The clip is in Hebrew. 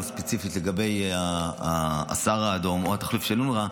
ספציפית לגבי הסהר האדום או התחליף של אונר"א: